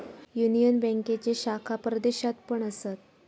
union बँकेचे शाखा परदेशात पण असत